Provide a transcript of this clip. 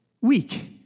weak